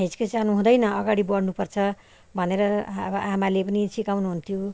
हिचकिचाउनु हुँदैन अगाडि बढ्नु पर्छ भनेर अब आमाले पनि सिकाउनु हुन्थ्यो